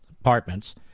apartments